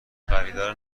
خریدار